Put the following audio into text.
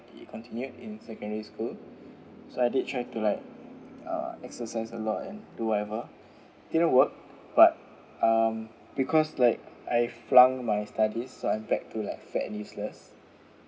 it continued in secondary school so I did try to like uh exercise a lot and do whatever didn't work but um because like I flung my study so I back to like fat and useless